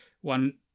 One